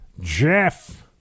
Jeff